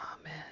Amen